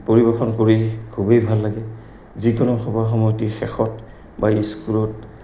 পৰিৱেশন কৰি খুবেই ভাল লাগে যিকোনো সভা সমিতি শেষত বা স্কুলত